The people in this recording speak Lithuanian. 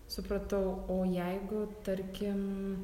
supratau o jeigu tarkim